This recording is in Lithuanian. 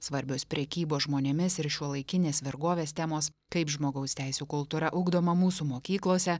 svarbios prekybos žmonėmis ir šiuolaikinės vergovės temos kaip žmogaus teisių kultūra ugdoma mūsų mokyklose